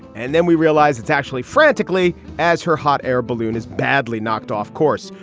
and then we realize it's actually frantically as her hot air balloon is badly knocked off course.